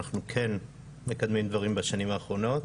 אנחנו כן מקדמים דברים בשנים האחרונות.